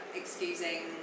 excusing